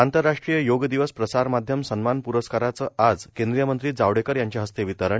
आंतरराष्ट्रीय योग दिवस प्रसार माध्यम सन्मान प्रस्काराचं आज केंद्रीय मंत्री जावडेकर यांच्या हस्ते वितरण